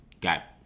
got